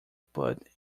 put